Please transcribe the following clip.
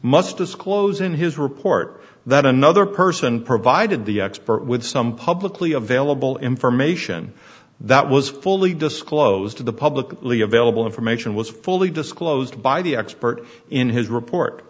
must disclose in his report that another person provided the expert with some publicly available information that was fully disclosed to the publicly available information was fully disclosed by the expert in his report